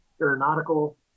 aeronautical